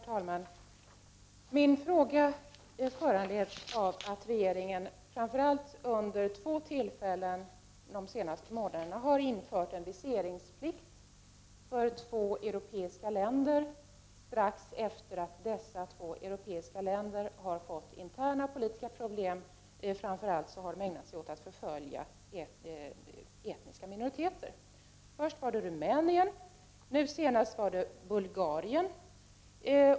Herr talman! Min fråga är framför allt föranledd av att regeringen vid två tillfällen de senaste månaderna har infört en viseringsplikt för resande från två europeiska länder strax efter det att man i dessa två europeiska länder fått interna politiska problem. Man har i dessa länder framför allt ägnat sig åt att förfölja etniska minoriteter. Det var först fråga om Rumänien och nu senast om Bulgarien.